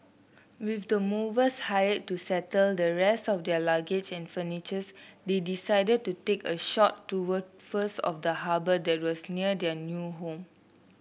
with the movers hired to settle the rest of their luggage and furniture they decided to take a short tour first of the harbour that was near their new home